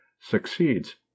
succeeds